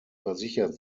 versichert